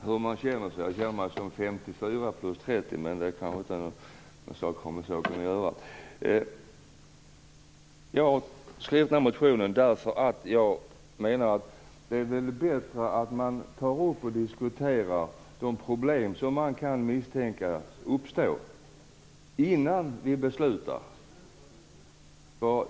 Herr talman! Huruvida man känner sig gammal vid 54 plus 30 kanske inte har med den här saken att göra. Jag skrev min motion därför att jag menar att det är bättre att man diskuterar de problem som man misstänker kan uppstå innan man beslutar.